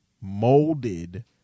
molded